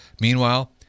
Meanwhile